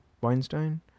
Weinstein